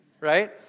right